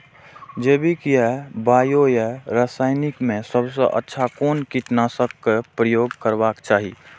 जैविक या बायो या रासायनिक में सबसँ अच्छा कोन कीटनाशक क प्रयोग करबाक चाही?